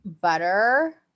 butter